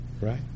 right